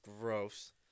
gross